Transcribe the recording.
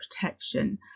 protection